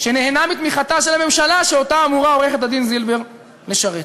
שנהנה מתמיכתה של הממשלה שאותה אמורה עורכת-הדין זילבר לשרת.